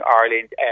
Ireland